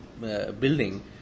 building